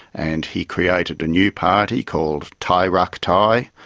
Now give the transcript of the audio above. and he created a new party called thai rak thai,